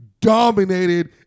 dominated